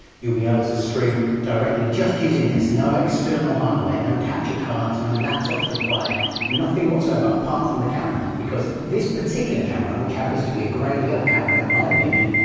you'll be able to stream directly just using this, no external hardware, no capture cards, no laptops required nothing whatsoever apart from the camera, because this particular camera, which happens to be a great little camera, in my opinion,